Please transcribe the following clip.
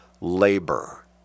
labor